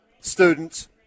students